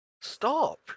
Stop